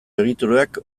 egiturak